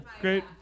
Great